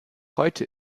heute